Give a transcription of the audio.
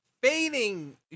fading